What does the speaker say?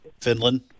Finland